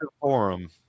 forum